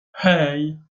hey